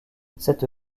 cette